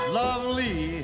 lovely